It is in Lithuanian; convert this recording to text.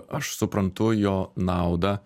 aš suprantu jo naudą